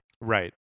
right